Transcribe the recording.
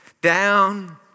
down